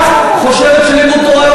את חושבת שלימוד תורה,